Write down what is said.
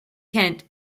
kent